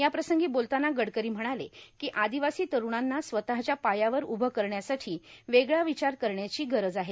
याप्रसंगी बोलताना गडकरी म्हणाले की आदिवासी तरूणांना स्वतःच्या पायावर उभं करण्यासाठी वेगळा विचार करण्याची गरज आहे